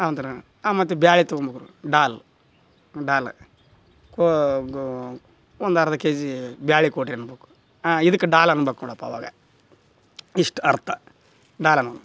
ಮತ್ತು ಬೇಳಿ ತಗೊಂಬರಬೇಕು ದಾಲ್ ದಾಲ್ ಒಂದು ಅರ್ಧ ಕೆಜಿ ಬೇಳಿ ಕೊಡಿರಿ ಅನ್ಬೇಕು ಇದಕ್ಕೆ ದಾಲ್ ಅನ್ಬಕು ನೋಡಪ್ಪ ಅವಾಗ ಇಷ್ಟು ಅರ್ಥ ದಾಲನು